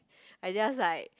I just like